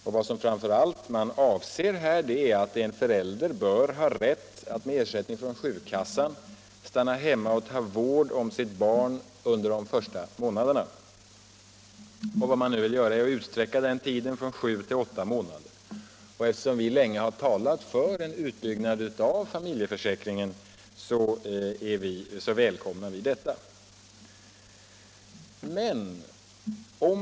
Vad som här framför allt avses är att en förälder bör ha rätt att med ersättning från sjukkassan stanna hemma och ta vård om sitt barn under de första månaderna. Man vill nu utsträcka denna tid från sju till åtta månader. Eftersom vi länge har talat för en utbyggnad av föräldraförsäkringen välkomnar vi detta förslag.